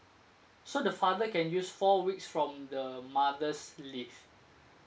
so the father can use four weeks from the mother's leave